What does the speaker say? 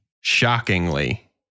shockingly